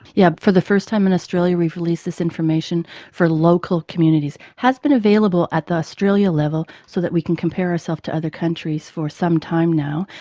yeah for the first time in australia we've released this information for local communities. it has been available at the australia level so that we can compare ourself to other countries for some time now,